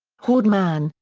haldeman,